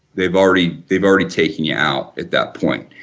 they've already they've already taken you out at that point,